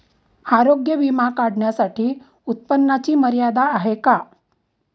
आरोग्य विमा काढण्यासाठी उत्पन्नाची मर्यादा आहे का?